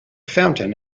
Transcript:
fountain